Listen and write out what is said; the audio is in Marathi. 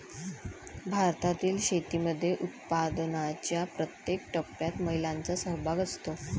भारतातील शेतीमध्ये उत्पादनाच्या प्रत्येक टप्प्यात महिलांचा सहभाग असतो